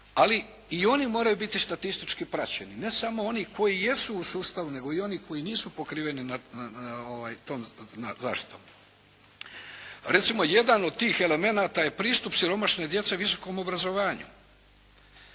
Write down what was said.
ali i oni moraju biti statistički praćeni, ne samo oni koji jesu u sustavu, nego i oni koji nisu pokriveni tom zaštitom. Recimo, jedan od tih elemenata je pristup siromašne djece visokom obrazovanju.